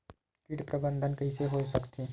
कीट प्रबंधन कइसे हो सकथे?